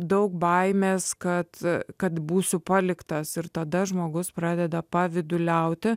daug baimės kad kad būsiu paliktas ir tada žmogus pradeda pavyduliauti